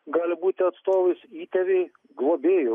gali būti atstovais įtėviai globėjai